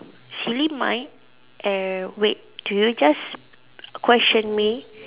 silly mind eh wait do you just question me